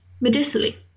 medicinally